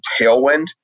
tailwind